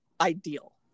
ideal